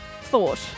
thought